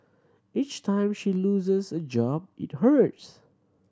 each time she loses a job it hurts